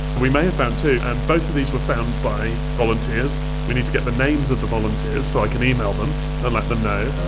we may have found two, and both of these were found by volunteers. we need to get the names of the volunteers so i can email them and let them know.